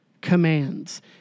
commands